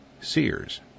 Sears